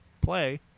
Play